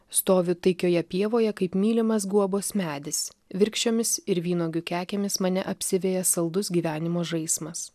stovi taikioje pievoje kaip mylimas guobos medis virkščiomis ir vynuogių kekėmis mane apsiveja saldus gyvenimo žaismas